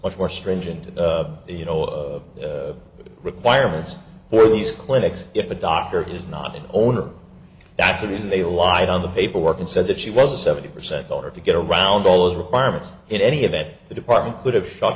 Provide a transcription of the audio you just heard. much more stringent you know the requirements for these clinics if a doctor is not an owner that's a reason they relied on the paperwork and said that she was a seventy percent owner to get around all those requirements in any event the department would have